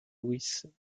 luis